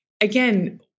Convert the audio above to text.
again